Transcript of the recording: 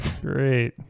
Great